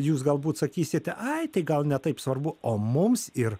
jūs galbūt sakysite ai tai gal ne taip svarbu o mums ir